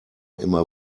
immer